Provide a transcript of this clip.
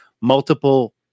multiple